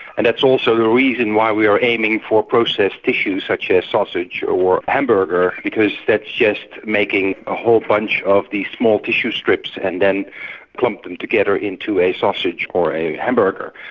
and that's also the reason why we are aiming for processed tissue such as sausage or hamburger because that's just making a whole bunch of these small tissue strips and then clumping them together into a sausage or a hamburger.